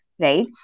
Right